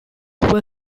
were